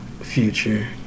future